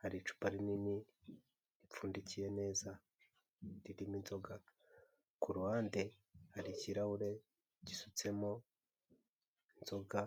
hari icupa rinini ripfundikiye neza ririmo inzoga, k'uruhande hari ikirahure gisutsemo inzoga.